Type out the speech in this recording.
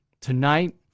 tonight